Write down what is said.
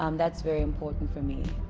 um that's very important for me